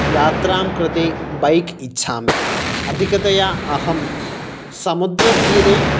यात्रां कृते बैक् इच्छामि अधिकतया अहं समुद्रतीरे